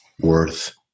worth